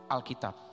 Alkitab